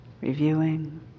reviewing